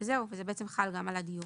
זה חל גם על הדיור.